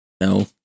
No